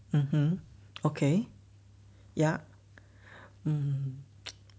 mmhmm okay ya um